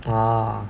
ah